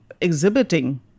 exhibiting